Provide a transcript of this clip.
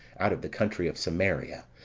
out of the country of samaria,